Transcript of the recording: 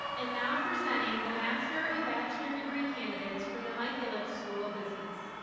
and now presenting the master and bachelor degree candidates from the mike ilitch school of business.